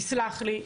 תסלח לי,